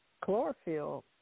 Chlorophyll